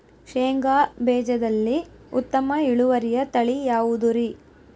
ಶೇಂಗಾ ಬೇಜದಲ್ಲಿ ಉತ್ತಮ ಇಳುವರಿಯ ತಳಿ ಯಾವುದುರಿ?